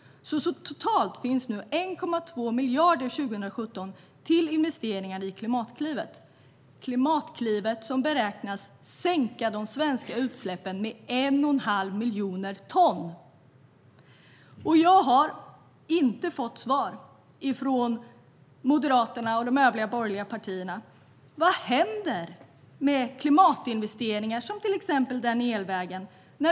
Totalt finns nu 1,2 miljarder år 2017 till investeringar i Klimatklivet, som beräknas sänka de svenska utsläppen med 1 1⁄2 miljon ton. Jag har inte fått svar från Moderaterna och de övriga borgerliga partierna på vad som händer med klimatinvesteringar som exempelvis elvägen.